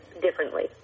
differently